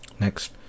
Next